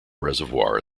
reservoir